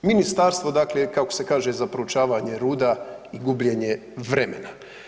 Ministarstvo, dakle, kako se kaže, za proučavanje ruda u gubljenje vremena.